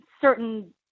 certain